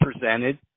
presented